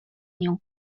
nią